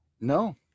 No